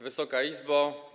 Wysoka Izbo!